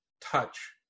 touch